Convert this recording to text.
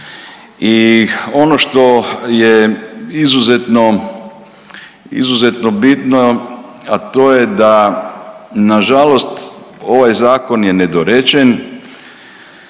I ono što je izuzetno bitno, a to je da na žalost ovaj zakon je nedorečen